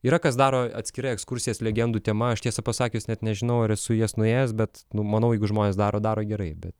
yra kas daro atskirai ekskursijas legendų tema aš tiesą pasakius net nežinau ar esu į jas nuėjęs bet nu manau jeigu žmonės daro daro gerai bet